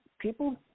people